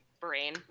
brain